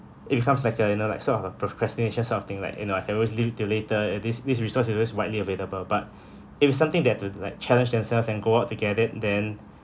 it becomes like uh you know like sort of procrastination sort of thing like you know I can always leave it to later and this this resource is just widely available but if it's something that uh like challenge themselves and go out together then